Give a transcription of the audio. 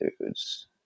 dudes